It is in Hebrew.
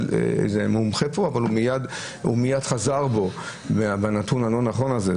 איזה מומחה פה אבל הוא מייד חזר בו בנתון הלא נכון הזה,